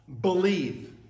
believe